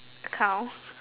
cow